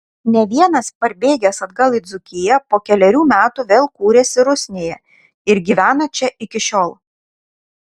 ne vienas parbėgęs atgal į dzūkiją po kelerių metų vėl kūrėsi rusnėje ir gyvena čia iki šiol